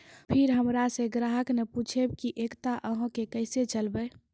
फिर हमारा से ग्राहक ने पुछेब की एकता अहाँ के केसे चलबै?